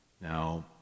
Now